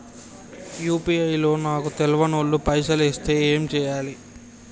UPI లో నాకు తెల్వనోళ్లు పైసల్ ఎస్తే ఏం చేయాలి?